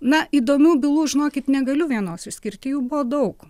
na įdomių bylų žinokit negaliu vienos išskirti jų buvo daug